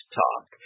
talk